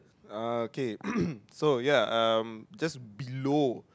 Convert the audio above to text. okay so ya um just below